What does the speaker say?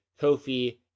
Kofi